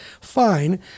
Fine